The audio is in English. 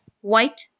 white